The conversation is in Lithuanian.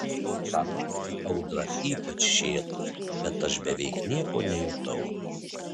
tą naktį audra ypač šėlo bet aš beveik nieko nejutau